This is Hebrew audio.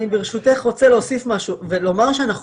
אני ברשותך רוצה להוסיף משהו ולומר שאנחנו